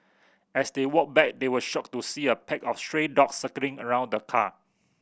as they walked back they were shocked to see a pack of stray dogs circling around the car